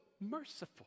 merciful